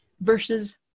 versus